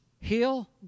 heal